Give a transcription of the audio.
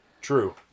True